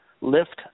Lift